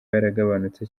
yaragabanutse